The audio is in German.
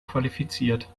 qualifiziert